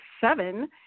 seven